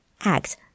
act